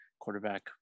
quarterback